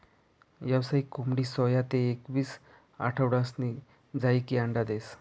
यावसायिक कोंबडी सोया ते एकवीस आठवडासनी झायीकी अंडा देस